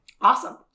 Awesome